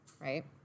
right